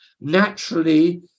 naturally